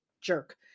jerk